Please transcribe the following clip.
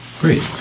great